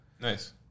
Nice